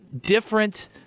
different